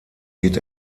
geht